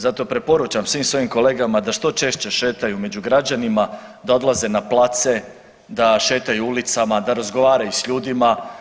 Zato preporučam svim svojim kolegama da što češće šetaju među građanima, da odlaze na place, da šetaju ulicama, da razgovaraju sa ljudima.